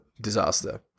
disaster